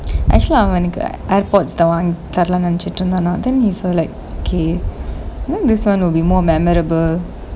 actually அவனுக்கு:avanuku AirPods தான் வாங்கி தாராளான்னு நினைச்சிட்டுருந்தேன் நான்thaan vaangi tharalaanu ninaichituruthaen naan then like okay then this [one] will be more memorable